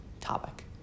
topic